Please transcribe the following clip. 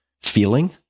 feeling